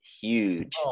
huge